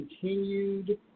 continued